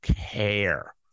care